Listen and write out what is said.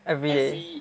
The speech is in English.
everyday